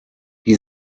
die